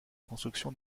construction